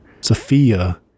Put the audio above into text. Sophia